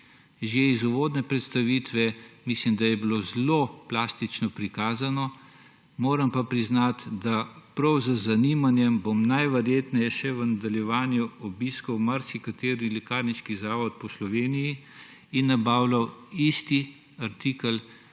Že iz uvodne predstavitve mislim, da je bilo zelo plastično prikazano, moram pa priznati, da bom prav z zanimanjem najverjetneje še v nadaljevanju obiskal marsikateri lekarniški zavod po Sloveniji in nabavljal isti artikel